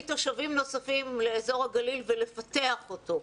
תושבים נוספים לאזור הגליל ולפתח אותו.